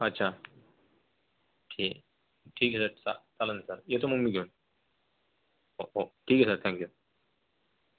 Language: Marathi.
अच्छा ठीक ठीक आहे सर चा चालंल येतो मग मी घेऊन हो हो ठीक आहे सर थँक्यू